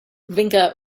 vinca